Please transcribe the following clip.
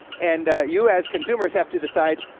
and you as consumers have to decide,